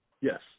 Yes